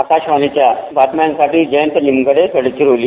आकाशवणीच्या बातम्यांसाठी जयंत निमगडे गडचिरोली